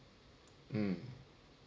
mm